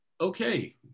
Okay